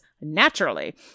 naturally